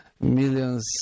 millions